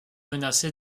menacé